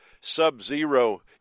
sub-zero